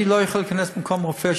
אני לא יכול להיכנס במקום רופא,